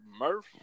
Murph